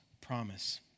promise